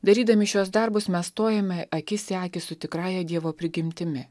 darydami šiuos darbus mes stojame akis į akį su tikrąja dievo prigimtimi